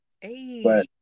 Hey